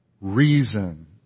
reason